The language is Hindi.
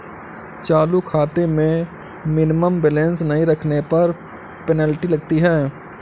चालू खाते में मिनिमम बैलेंस नहीं रखने पर पेनल्टी लगती है